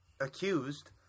accused